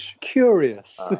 Curious